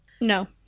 No